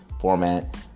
format